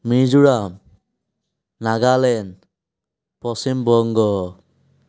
Mizoram Nagaland Paschimbanga